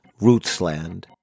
Rootsland